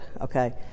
Okay